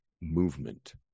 movement